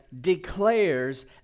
declares